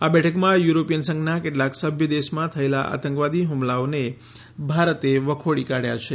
આ બેઠકમાં યુરોપીયન સંધનાં કેટલાંક સભ્ય દેશમાં થયેલાં આતંકવાદી હ્મલાઓને ભારતે વખોડી કાઢ્યા છે